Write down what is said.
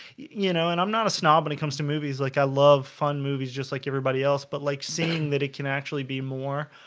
you know and i'm not a snob when it comes to movies like i love fun movies just like everybody else but like seeing that it can actually be more